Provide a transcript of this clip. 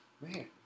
Man